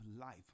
life